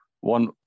one